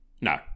No